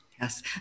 Yes